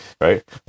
right